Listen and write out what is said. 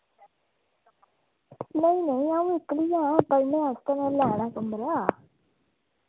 नेईं नेईं आऊं इक्कली गै ओ पढ़ने आस्तै मैं लैना कमरा